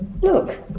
Look